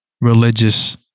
religious